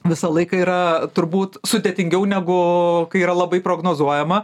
visą laiką yra turbūt sudėtingiau negu kai yra labai prognozuojama